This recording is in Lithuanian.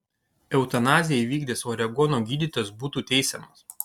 eutanaziją įvykdęs oregono gydytojas būtų teisiamas